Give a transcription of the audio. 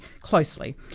closely